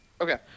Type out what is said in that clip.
Okay